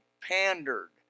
pandered